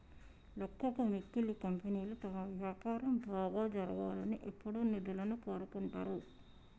లెక్కకు మిక్కిలి కంపెనీలు తమ వ్యాపారం బాగా జరగాలని ఎప్పుడూ నిధులను కోరుకుంటరు